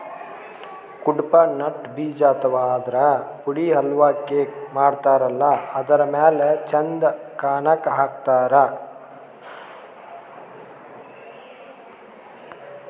Cuddapah nut ಬೀಜ ಅಥವಾ ಆದ್ರ ಪುಡಿ ಹಲ್ವಾ, ಕೇಕ್ ಮಾಡತಾರಲ್ಲ ಅದರ್ ಮ್ಯಾಲ್ ಚಂದ್ ಕಾಣಕ್ಕ್ ಹಾಕ್ತಾರ್